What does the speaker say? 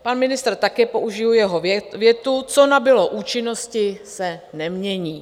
Pan ministr, také použiji jeho větu: Co nabylo účinnosti, se nemění.